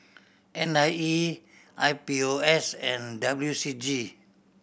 N I E I P O S and W C G